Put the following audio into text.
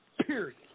Period